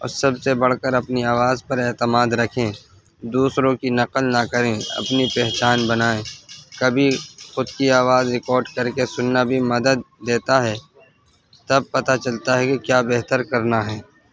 اور سب سے بڑھ کر اپنی آواز پر اعتماد رکھیں دوسروں کی نقل نہ کریں اپنی پہچان بنائیں کبھی خود کی آواز ریکارڈ کر کے سننا بھی مدد دیتا ہے تب پتہ چلتا ہے کہ کیا بہتر کرنا ہے